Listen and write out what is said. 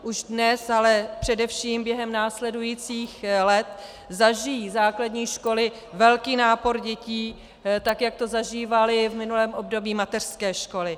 Už dnes, ale především během následujících let zažijí základní školy velký nápor dětí, tak jak to zažívaly v minulém období mateřské školy.